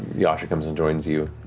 yasha comes and joins you.